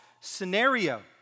scenario